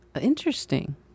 Interesting